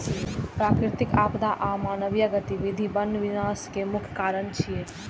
प्राकृतिक आपदा आ मानवीय गतिविधि वन विनाश के मुख्य कारण छियै